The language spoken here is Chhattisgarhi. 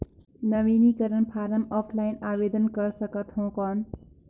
नवीनीकरण फारम ऑफलाइन आवेदन कर सकत हो कौन?